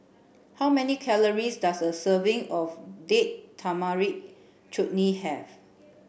how many calories does a serving of Date Tamarind Chutney have